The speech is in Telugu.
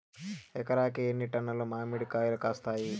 ఎకరాకి ఎన్ని టన్నులు మామిడి కాయలు కాస్తాయి?